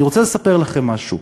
אני רוצה לספר לכם משהו.